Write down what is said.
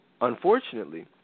unfortunately –